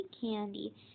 candy